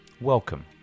Welcome